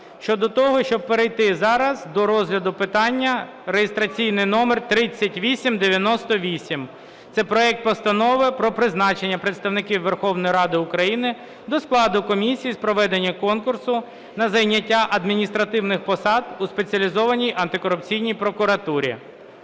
щодо того, щоб перейти зараз до розгляду питання реєстраційний номер 3898, це проект Постанови про призначення представників Верховної Ради України до складу комісії з проведення конкурсу на зайняття адміністративних посад у Спеціалізованій антикорупційній прокуратурі.